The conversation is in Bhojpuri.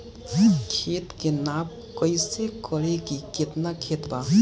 खेत के नाप कइसे करी की केतना खेत बा?